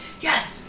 yes